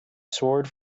sword